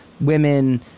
women